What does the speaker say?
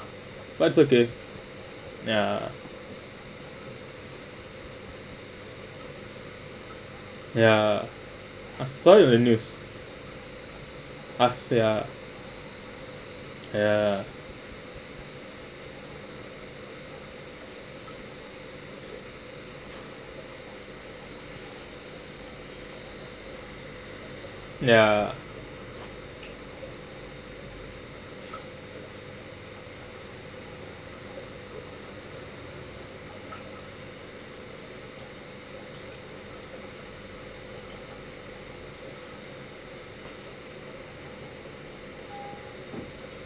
but it's okay ya ya I saw you in the news ah ya ya ya